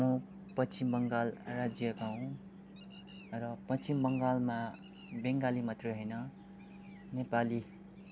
म पश्चिम बङ्गाल राज्यका हुँ र पश्चिम बङ्गालमा बङ्गाली मात्र होइन नेपाली